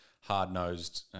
hard-nosed